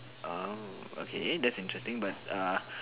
um okay that's interesting but err